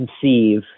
conceive